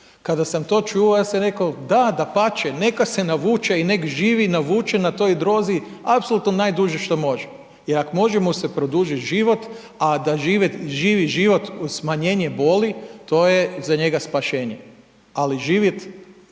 Kada sam to čuo ja sam reko, da dapače neka se navuče i nek živi navučen na toj drozi, apsolutno najduže što može, jer ak može mu se produžit život, a da živi život uz smanjenje boli to je za njega spasenje, ali živjet